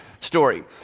Story